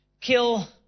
kill